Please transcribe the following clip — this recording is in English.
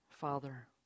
Father